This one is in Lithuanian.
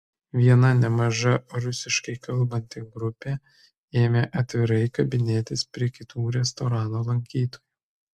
viena nemaža rusiškai kalbanti grupė ėmė atvirai kabinėtis prie kitų restorano lankytojų